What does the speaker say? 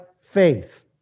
faith